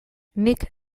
nik